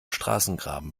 straßengraben